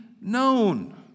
known